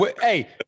Hey